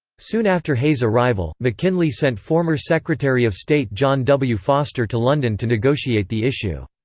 soon after hay's arrival, mckinley sent former secretary of state john w. foster to london to negotiate the issue.